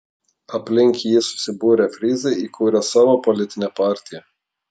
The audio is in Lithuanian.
aplink jį susibūrę fryzai įkūrė savo politinę partiją